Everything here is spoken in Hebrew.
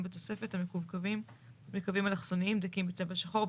אתרים לאומיים ואתרי הנצחה (שמורת טבע הר מירון),